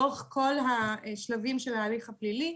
לאורך כל השלבים של ההליך הפלילי,